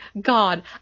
god